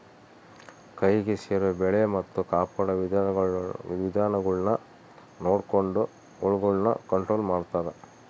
ಕೈಗೆ ಸೇರೊ ಬೆಳೆ ಮತ್ತೆ ಕಾಪಾಡೊ ವಿಧಾನಗುಳ್ನ ನೊಡಕೊಂಡು ಹುಳಗುಳ್ನ ಕಂಟ್ರೊಲು ಮಾಡ್ತಾರಾ